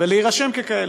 ולהירשם ככאלה.